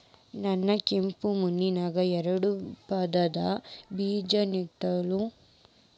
ನಾ ಕೆಂಪ್ ಮಣ್ಣಾಗ ಎರಡು ಪದರಿನ ಬೇಜಾ ನೆಡ್ಲಿ?